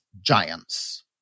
giants